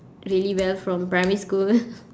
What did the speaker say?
really well from primary school